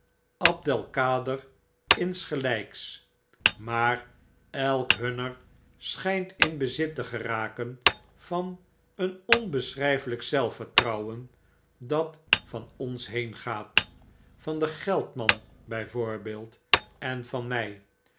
en abdel kader insgelgks maar elk hunner schynt in bezit te geraken van een onbeschryfelyk zelfvertrouwen dat van ons heengaat van den geldman by voorbeeld en van my